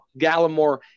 Gallimore